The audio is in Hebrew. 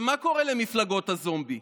מה קורה למפלגות הזומבי?